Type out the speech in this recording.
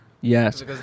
Yes